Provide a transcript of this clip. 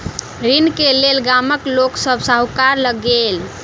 ऋण के लेल गामक लोक सभ साहूकार लग गेल